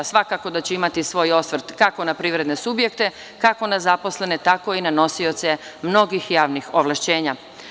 Svakako da će imati svoj osvrt kako na privredne subjekte, kako na zaposlene, tako i na nosioce mnogih javnih ovlašćenja.